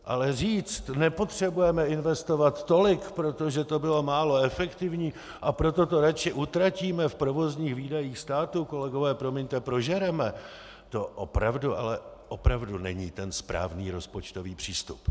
Ale říct: nepotřebujeme investovat tolik, protože to bylo málo efektivní, a proto to radši utratíme v provozních výdajích státu kolegové, promiňte, prožereme , to opravdu, ale opravdu není ten správný rozpočtový přístup.